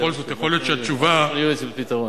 אנחנו מחפשים לזה פתרון.